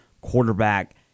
quarterback